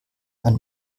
man